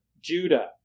Judah